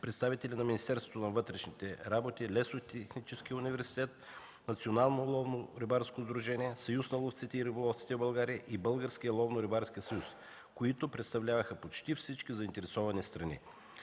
представители на Министерството на вътрешните работи, Лесотехническия университет, Националното ловно-рибарско сдружение, Съюза на ловците и риболовците в България и Българския ловно-рибарски съюз, които представляваха почти всички заинтересовани страни.